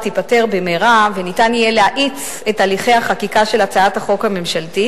אני גם אופיע בוועדת המדע